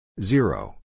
Zero